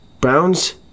Browns